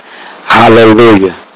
Hallelujah